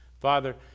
Father